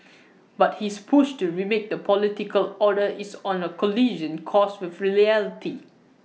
but his push to remake the political order is on A collision course with reality